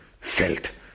felt